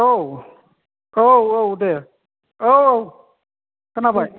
औ औ औ दे औ खोनाबाय